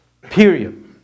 period